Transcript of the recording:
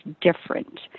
different